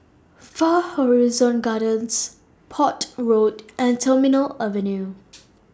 Far Horizon Gardens Port Road and Terminal Avenue